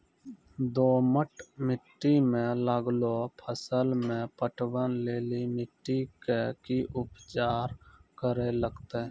दोमट मिट्टी मे लागलो फसल मे पटवन लेली मिट्टी के की उपचार करे लगते?